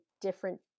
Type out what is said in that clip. different